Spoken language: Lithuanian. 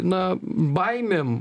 na baimėm